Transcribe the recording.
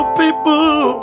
people